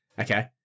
Okay